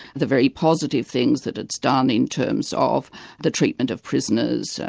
the very positive things that it's done in terms of the treatment of prisoners,